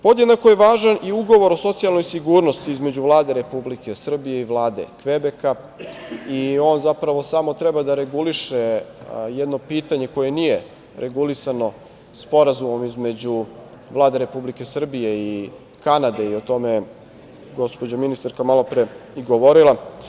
Podjednako je važan i Ugovor o socijalnoj sigurnosti između Vlade Republike Srbije i Vlade Kvebeka, zapravo samo treba da reguliše jedno pitanje koje nije regulisano Sporazumom između Vlade Republike Srbije i Kanade i o tome je gospođa ministarka malo pre i govorila.